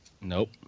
nope